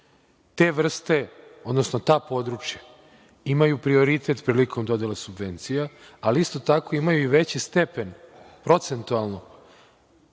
Te vrste, odnosno ta područja, imaju prioritet prilikom dodele subvencija, ali isto tako imaju i veći stepen, procentualno,